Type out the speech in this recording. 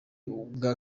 bwa